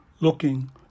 looking